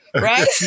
Right